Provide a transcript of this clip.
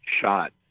shot